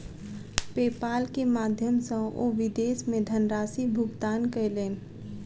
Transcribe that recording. PayPal के माध्यम सॅ ओ विदेश मे धनराशि भुगतान कयलैन